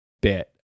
bit